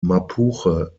mapuche